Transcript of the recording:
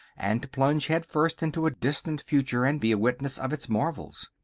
and to plunge head-first into a distant future and be a witness of its marvels.